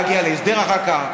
להגיע להסדר אחר כך,